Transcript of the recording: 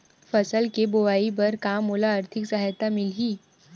फसल के बोआई बर का मोला आर्थिक सहायता मिलही?